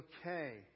okay